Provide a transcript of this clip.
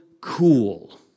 cool